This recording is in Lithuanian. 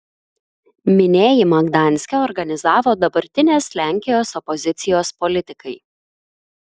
minėjimą gdanske organizavo dabartinės lenkijos opozicijos politikai